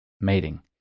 mating